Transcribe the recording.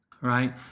right